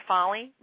Folly